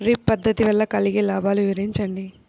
Drip పద్దతి వల్ల కలిగే లాభాలు వివరించండి?